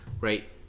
right